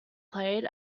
played